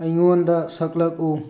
ꯑꯩꯉꯣꯟꯗ ꯁꯛꯂꯛꯎ